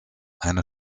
eine